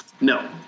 No